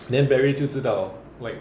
then barry 就知道 like